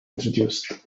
introduced